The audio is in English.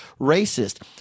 racist